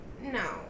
No